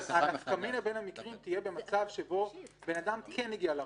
הנפקא מינה בין המקרים תהיה במצב שבו בן אדם כן הגיע לרשם,